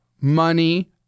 money